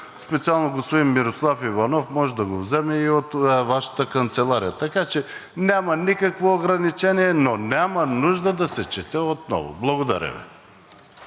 Специално господин Мирослав Иванов може да го вземе и от Вашата канцелария. Така че няма никакво ограничение, но няма нужда да се чете отново. Благодаря Ви.